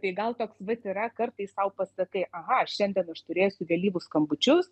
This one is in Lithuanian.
tai gal toks vat yra kartais sau pasakai aha šiandien aš turėsiu vėlyvus skambučius